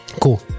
cool